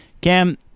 Cam